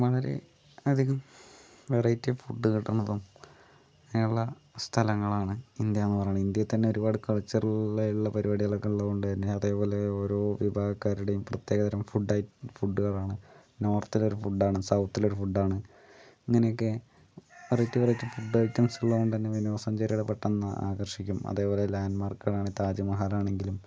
വളരെ അധികം variety food കിട്ടുന്നതും അങ്ങനെ ഉള്ള സ്ഥലങ്ങൾ ആണ് ഇന്ത്യ എന്ന് പറയുന്നത് ഇന്ത്യയിൽ തന്നെ ഒരുപാട് കൽച്ചറൽ ആയിട്ടുള്ള പരുപാടികൾ ഉള്ളതുകൊണ്ട് തന്നെ അതേപോലെ ഓരോ വിഭാഗകാരുടേം പ്രത്യേക തരം ഫുഡ് ഐറ്റം ഫുഡുകൾ ആണ് നോർത്തിലൊരു ഫുഡ് ആണ് സൗത്തിൽ ഒരു ഫുഡ് ആണ് അങ്ങനെക്കെ വെറൈറ്റി വെറൈറ്റി ഫുഡ് ഐറ്റംസ് ഉള്ളതുകൊണ്ട് തന്നെ വിനോദ സഞ്ചാരികളെ പെട്ടെന്ന് ആകർഷിക്കും അതേപോലെ ലാൻഡ്മാർക്കുകൾ ആണ് താജ് മഹൽ ആണെങ്കിലും